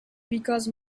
because